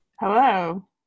Hello